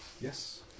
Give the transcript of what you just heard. Yes